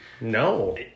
No